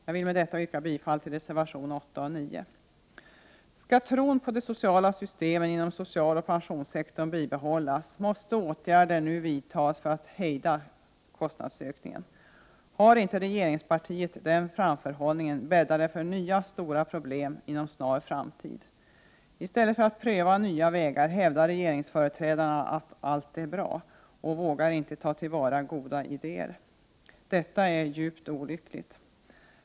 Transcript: Jag yrkar bifall till reservationerna 8 och 9. Skall tron på de sociala systemen inom socialoch pensionssektorn bibehållas, måste åtgärder nu vidtas för att hejda kostnadsökningen. Harinte regeringspartiet den framförhållningen, bäddar det för nya, stora problem inom en snar framtid. I stället för att pröva nya vägar hävdar regeringsföreträdarna att allt är bra och vågar inte ta till vara goda idéer. Detta är djupt olyckligt.